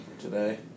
today